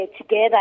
together